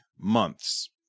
months